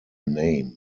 name